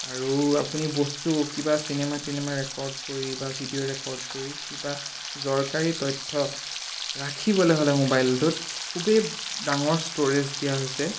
আৰু আপুনি বস্তু কিবা চিনেমা তিনেমা ৰেকৰ্ড কৰি বা ভিডিঅ' ৰেকৰ্ড কৰি কিবা জৰকাৰী তথ্য ৰাখিবলৈ হ'লে মোবাইলটোত খুবেই ডাঙৰ ষ্ট'ৰেজ দিয়া হৈছে